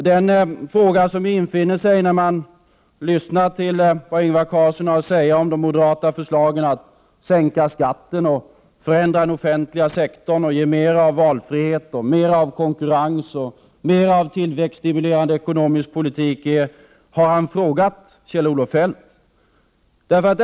Den fråga som infinner sig när man lyssnar på vad Ingvar Carlsson har att säga om moderaternas förslag att sänka skatter, förändra den offentliga sektorn, ge mer av valfrihet och konkurrens och av tillväxtstimulerande ekonomisk politik är: Har han frågat Kjell-Olof Feldt?